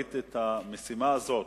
ראית את המשימה הזאת,